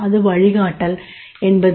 அது வழிகாட்டல் என்பது